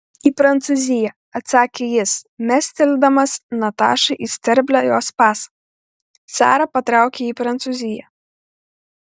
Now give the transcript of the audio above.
į prancūziją atsakė jis mestelėdamas natašai į sterblę jos pasą sara patraukė į prancūziją